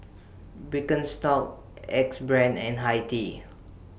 Birkenstock Axe Brand and Hi Tea